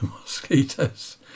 mosquitoes